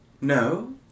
No